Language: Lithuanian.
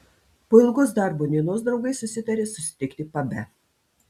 po ilgos darbo dienos draugai susitarė susitikti pabe